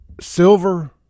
silver